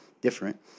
different